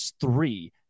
three